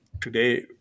today